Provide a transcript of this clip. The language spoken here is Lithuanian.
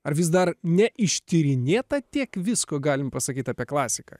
ar vis dar neištyrinėta tiek visko galim pasakyt apie klasiką